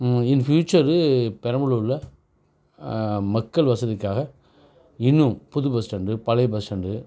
இன் future பெரம்பலூரில் மக்கள் வசதிக்காக இன்னும் புது பஸ் ஸ்டாண்டு பழைய பஸ் ஸ்டாண்டு